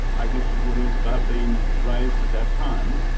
i guess it would have ah been raised at that time,